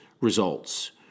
results